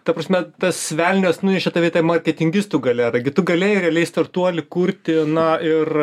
ta prasme tas velnias nunešė tave į tą marketingistų galerą gi tu galėjai realiai startuolį kurti na ir